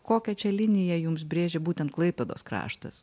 kokią čia liniją jums brėžia būtent klaipėdos kraštas